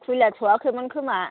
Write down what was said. खुलिथ'वाखैमोन खोमा